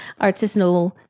artisanal